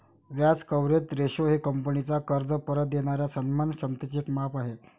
व्याज coverage ratio हे कंपनीचा कर्ज परत देणाऱ्या सन्मान क्षमतेचे एक माप आहे